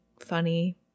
funny